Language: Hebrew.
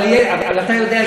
אתה יודע,